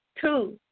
two